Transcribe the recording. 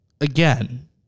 again